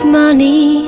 money